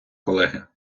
колеги